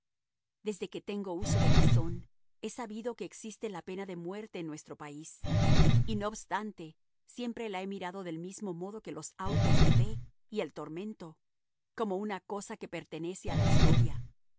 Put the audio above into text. desde que tengo uso de razón he sabido que existe la pena de muerte en nuestro país y no obstante siempre la he mirado del mismo modo que los autos de fe y el tormento como una cosa que pertenece a la historia